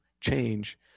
change